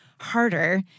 harder